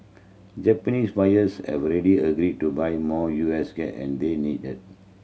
Japanese buyers have already agreed to buy more U S and they need it